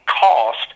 cost